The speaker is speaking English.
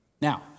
Now